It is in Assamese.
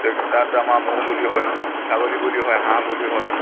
তাত আমাৰ ম'হ বলি হয় ছাগলী বলি হয় হাঁহ বলি হয়